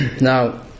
Now